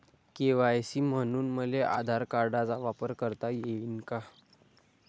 KYC म्हनून मले आधार कार्डाचा वापर करता येईन का?